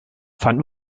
fand